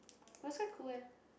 but it's quite cool leh